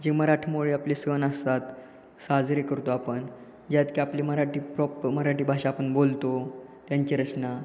जे मराठमोळे आपले सण असतात साजरे करतो आपण ज्यात की आपली मराठी प्रॉप मराठी भाषा आपण बोलतो त्यांची रचना